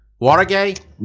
Watergate